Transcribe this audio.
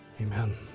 Amen